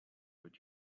but